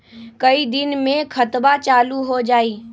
कई दिन मे खतबा चालु हो जाई?